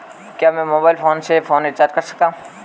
क्या मैं mobile phone से फोन रिचार्ज कर सकता हूं?